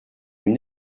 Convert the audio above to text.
une